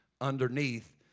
underneath